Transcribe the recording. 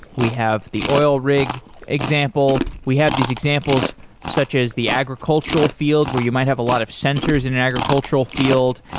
we have the oil rig example, we have these examples such as the agricultural field, where you might have a lot of sensors in an agricultural field.